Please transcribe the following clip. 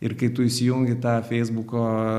ir kai tu įsijungi tą feisbuko